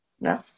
No